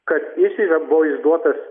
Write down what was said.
kad jis yra buvo išduotas